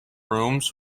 rooms